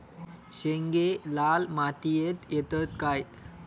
शेंगे लाल मातीयेत येतत काय?